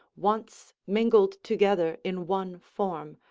once mingled together in one form,